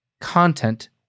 content